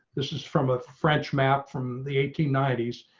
this is from a french map from the eighteen ninety